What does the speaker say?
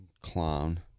Clown